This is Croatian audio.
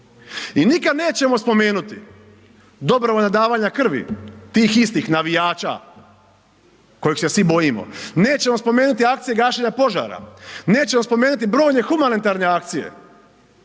I nikad nećemo spomenuti dobrovoljna davanja krvi tih istih navijača kojih se svi bojimo, nećemo spomenuti akcije gašenja požara, nećemo spomenuti brojne humanitarne akcije,